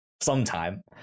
sometime